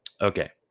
Okay